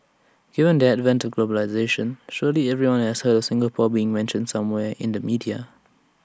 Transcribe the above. given the advent of globalisation surely everyone has heard of Singapore being mentioned somewhere in the media